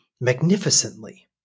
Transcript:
magnificently